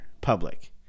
public